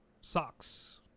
Socks